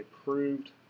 approved